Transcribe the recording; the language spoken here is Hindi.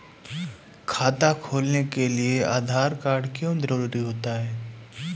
खाता खोलने के लिए आधार कार्ड क्यो जरूरी होता है?